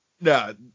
No